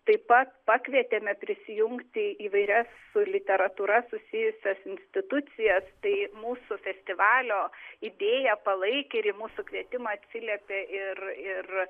taip pat pakvietėme prisijungti įvairias su literatūra susijusias institucijas tai mūsų festivalio idėją palaikė ir į mūsų kvietimą atsiliepė ir ir